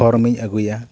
ᱯᱷᱚᱨᱚᱢᱤᱧ ᱟᱹᱜᱩᱭᱟ